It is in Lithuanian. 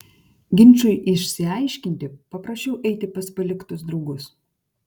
ginčui išsiaiškinti paprašiau eiti pas paliktus draugus